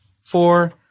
Four